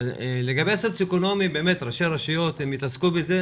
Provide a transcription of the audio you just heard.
לגבי העניין הסוציו-אקונומי ראשי הרשויות התעסקו בזה,